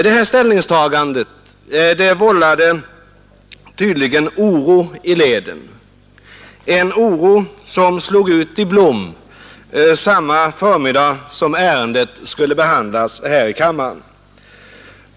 Det här ställningstagandet vållade tydligen oro i leden, en oro som slog ut i blom samma förmiddag som ärendet skulle behandlas här i kammaren.